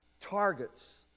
targets